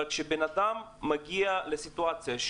אבל כשבן אדם מגיע לסיטואציה,